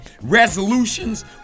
Resolutions